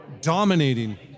dominating